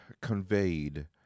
conveyed